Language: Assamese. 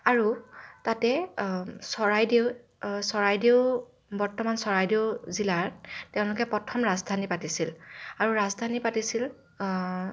আৰু তাতে চৰাইদেউ চৰাইদেউ বৰ্তমান চৰাইদেউ জিলাত তেওঁলোকে প্ৰথম ৰাজধানী পাতিছিল আৰু ৰাজধানী পাতিছিল